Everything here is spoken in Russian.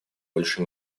больше